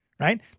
Right